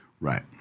Right